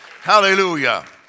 Hallelujah